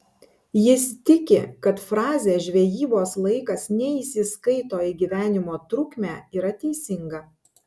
jis tiki kad frazė žvejybos laikas neįsiskaito į gyvenimo trukmę yra teisinga